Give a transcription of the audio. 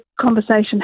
conversation